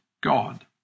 God